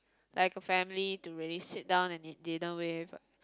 like a family to really sit down and it dinner with